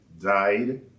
died